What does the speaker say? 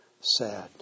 sad